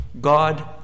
God